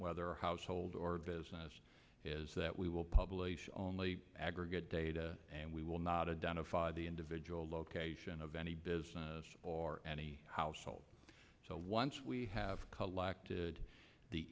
whether household or business is that we will publish aggregate data and we will not identify the individual location of any business or any household so once we have collected